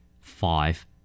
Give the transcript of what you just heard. five